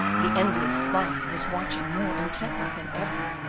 the envious spy was watching more intently than ever.